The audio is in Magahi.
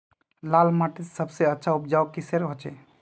लाल माटित सबसे अच्छा उपजाऊ किसेर होचए?